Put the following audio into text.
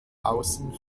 außen